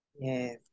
Yes